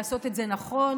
לעשות את זה נכון,